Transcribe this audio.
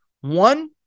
One